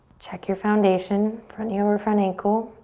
check your foundation, front knee over front ankle.